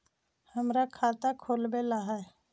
हमरा खाता खोलाबे ला है?